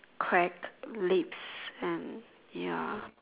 correct lips and ya